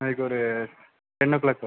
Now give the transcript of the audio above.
நாளைக்கு ஒரு டென் ஓ கிளாக்